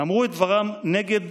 אמרו את דברם נגד